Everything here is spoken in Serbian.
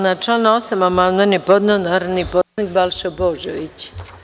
Na član 8. amandman je podneo narodni poslanik Balša Božović.